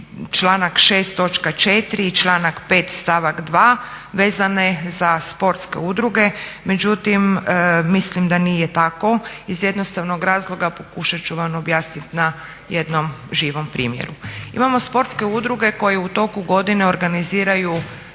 članak 5.stavak 2.vezane za sportske udruge, međutim mislim da nije tako iz jednostavnog razloga pokušat ću vam objasniti na jednom živom primjeru. Imamo sportske udruge koje u toku godine organiziraju